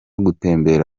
gutembera